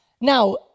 Now